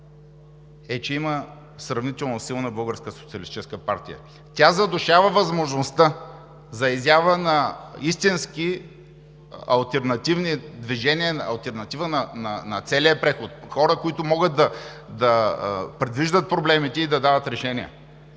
социалистическа партия. Тя задушава възможността за изява на истински алтернативни движения, алтернатива на целия преход – хора, които могат да предвиждат проблемите и да дават решения.